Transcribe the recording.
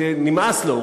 נמאס לו,